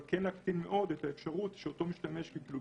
אבל כן להקטין את האפשרות שאם אותו בן